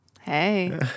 Hey